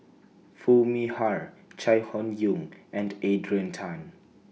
Foo Mee Har Chai Hon Yoong and Adrian Tan